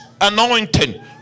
anointing